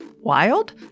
Wild